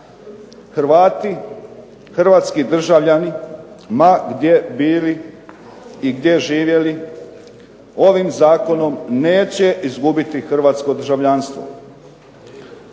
Hrvati, hrvatski državljani ma gdje bili i gdje živjeli, ovim zakonom neće izgubiti hrvatsko državljanstvo.